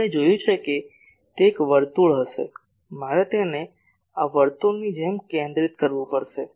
આપણે જોયું કે તે એક વર્તુળ હશે મારે તેને આ વર્તુળની જેમ કેન્દ્રિત કરવું પડશે